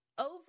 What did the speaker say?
Over